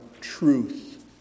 truth